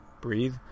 breathe